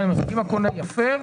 אם הקונה יפר,